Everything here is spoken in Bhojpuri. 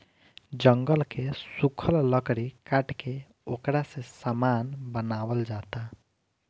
जंगल के सुखल लकड़ी काट के ओकरा से सामान बनावल जाता